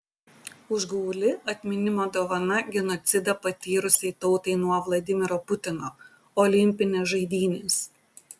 užgauli atminimo dovana genocidą patyrusiai tautai nuo vladimiro putino olimpinės žaidynės